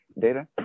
data